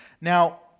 Now